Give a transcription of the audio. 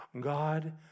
God